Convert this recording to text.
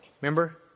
remember